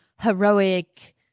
heroic